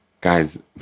Guys